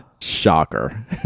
Shocker